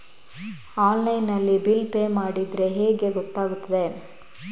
Online ನಲ್ಲಿ bill pay ಮಾಡಿದ್ರೆ ಹೇಗೆ ಗೊತ್ತಾಗುತ್ತದೆ?